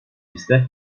liste